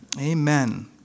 Amen